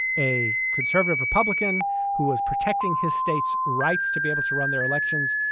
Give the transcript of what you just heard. a conservative republican who was protecting his state's rights to be able to run their elections,